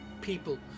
people